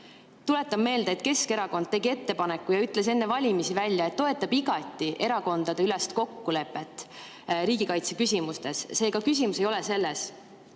Tuletan meelde, et Keskerakond tegi ettepaneku ja ütles enne valimisi välja, et toetab igati erakondadeülest kokkulepet riigikaitse küsimustes. Seega küsimus ei ole selles.